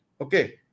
Okay